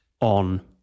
on